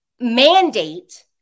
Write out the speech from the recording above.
mandate